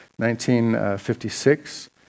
1956